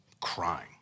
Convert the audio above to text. crying